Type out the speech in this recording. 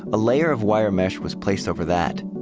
a layer of wire mesh was placed over that.